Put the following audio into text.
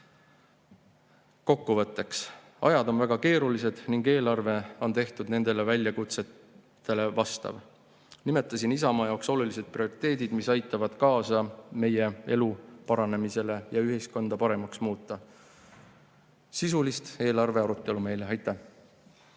protsess. Kokkuvõtteks: ajad on väga keerulised ning eelarve on tehtud nendele väljakutsetele vastav. Nimetasin Isamaa jaoks olulised prioriteedid, mis aitavad kaasa meie elu paranemisele ja aitavad ühiskonda paremaks muuta. Sisulist eelarve arutelu meile! Aitäh!